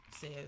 says